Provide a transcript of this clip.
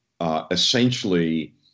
essentially